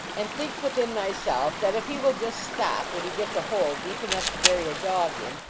and think within myself that if he will just stop when he gets a hole deep enough to bury a dog in,